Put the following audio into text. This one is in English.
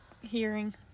Hearing